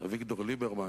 אביגדור ליברמן,